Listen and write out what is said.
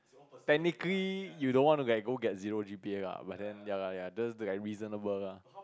technically you don't want to get go get zero G_P_A ah but then ya lah ya lah that's like reasonable ah